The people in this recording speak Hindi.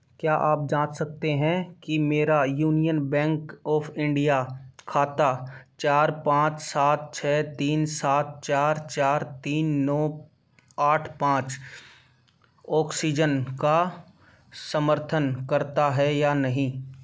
क्या आप जाँच सकते हैं कि मेरा यूनियन बैंक ऑफ़ इंडिया खाता चार पाँच साथ छः तीन सात चार चार तीन नौ आठ पाँच ऑक्सीजन का समर्थन करता है या नहीं